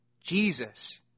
Jesus